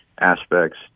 aspects